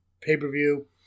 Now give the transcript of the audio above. pay-per-view